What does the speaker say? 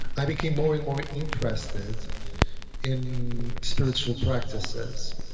i became more and more interested in spiritual practices.